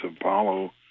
Apollo